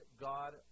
God